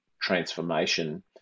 transformation